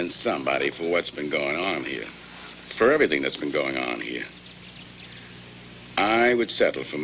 in somebody for what's been going on here for everything that's been going on here i would settle for